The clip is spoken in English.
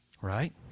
right